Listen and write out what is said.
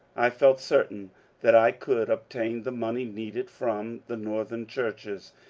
i felt certain that i could obtain the money needed from the northern churches,